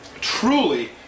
truly